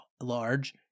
large